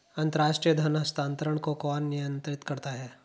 अंतर्राष्ट्रीय धन हस्तांतरण को कौन नियंत्रित करता है?